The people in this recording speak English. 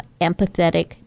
empathetic